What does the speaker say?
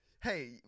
Hey